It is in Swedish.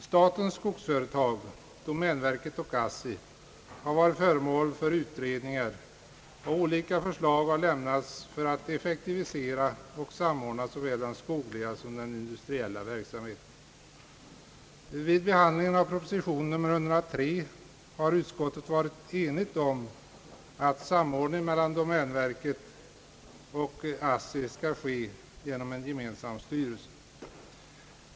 Statens skogsföretag, domänverket och ASSI, har varit föremål för utredningar, och olika förslag har lämnats för att effektivisera och samordna såväl den skogliga som den industriella verksamheien. Vid behandlingen av proposition nr 103 har utskottet varit enigt om att samordning mellan domänverket och ASSI skall ske genom en gemensam styrelse.